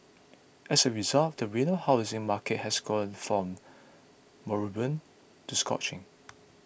as a result the Reno housing market has gone from moribund to scorching